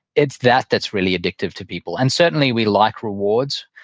it's that that's really addictive to people. and certainly we like rewards,